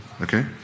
okay